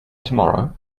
tomorrow